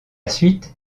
suite